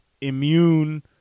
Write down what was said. immune